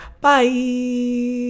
bye